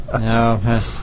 No